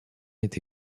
été